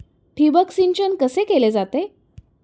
ठिबक सिंचन कसे केले जाते?